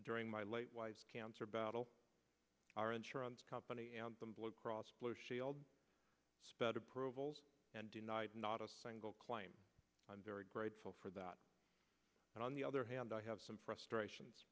during my late wife's cancer battle our insurance company blue cross blue shield sped approvals and denied not a single claim i'm very grateful for that but on the other hand i have some frustrations